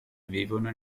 vivono